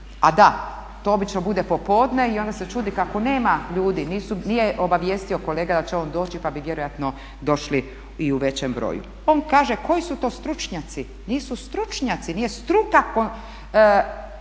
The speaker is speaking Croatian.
A da, to obično bude popodne i onda se čudi kako nema ljudi, nije obavijestio kolega da će on doći pa bi vjerojatno došli i u većem broju. On kaže koji su to stručnjaci, nisu stručnjaci, nije struka